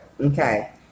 Okay